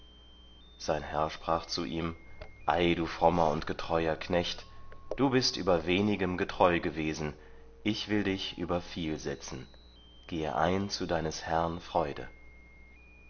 sein herr sprach zu ihm ei du frommer und getreuer knecht du bist über wenigem getreu gewesen ich will dich über viel setzen gehe ein zu deines herrn freude